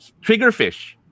Triggerfish